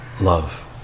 love